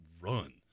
run